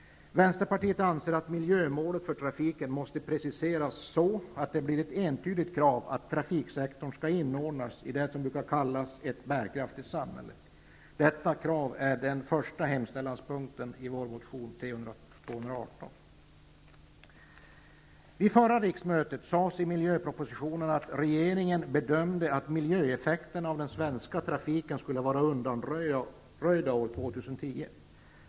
Vänsterpartiet anser att miljömålet för trafiken måste preciseras så att det blir ett entydigt krav att trafiksektorn skall inordnas i det som brukar kallas ett bärkraftigt samhälle. Detta krav är den första punkten i hemställan i motion T218. Vid förra riksmötet bedömde regeringen i miljöpropositionen att miljöeffekterna av den svenska trafiken skulle vara undanröjda år 2010.